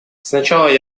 сначала